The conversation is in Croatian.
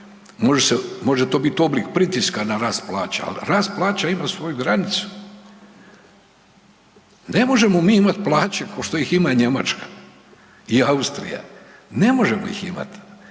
može to biti oblik pritiska na rast plaća, ali rast plaća ima svoju granicu. Ne možemo mi imati plaća ko što ih ima Njemačka i Austrija, ne možemo ih imati.